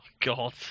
God